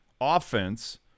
offense